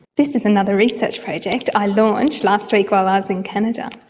this is another research project i launched last week while i was in canada,